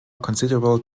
considerable